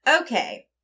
Okay